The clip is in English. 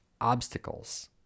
obstacles